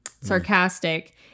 sarcastic